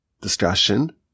discussion